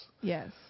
Yes